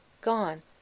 Gone